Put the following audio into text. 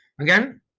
Again